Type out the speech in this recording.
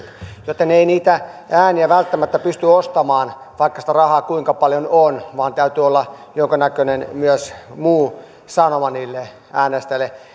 joten ei niitä ääniä välttämättä pysty ostamaan vaikka sitä rahaa kuinka paljon on vaan täytyy olla myös jonkunnäköinen muu sanoma niille äänestäjille